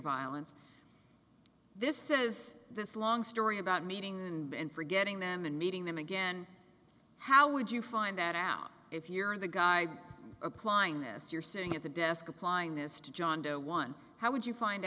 violence this says this long story about meeting and forgetting them and meeting them again how would you find that out if you're the guy applying this you're saying at the desk applying this to john doe one how would you find